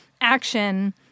action